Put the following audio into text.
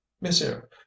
monsieur